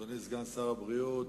תודה, אדוני סגן שר הבריאות,